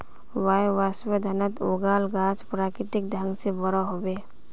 वायवसंवर्धनत उगाल गाछ प्राकृतिक ढंग से बोरो ह बे